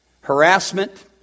harassment